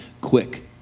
quick